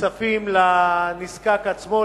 הכספים לנזקק עצמו,